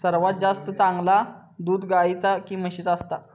सर्वात जास्ती चांगला दूध गाईचा की म्हशीचा असता?